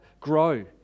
grow